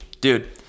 dude